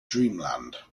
dreamland